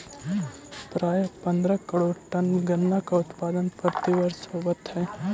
प्रायः पंद्रह करोड़ टन गन्ना का उत्पादन प्रतिवर्ष होवत है